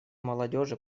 молодежи